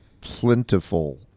Plentiful